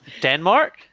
Denmark